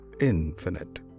infinite